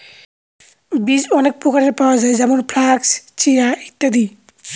বীজ অনেক প্রকারের পাওয়া যায় যেমন ফ্লাক্স, চিয়া, ইত্যাদি